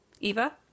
eva